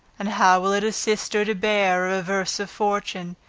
and how will it assist her to bear a reverse of fortune,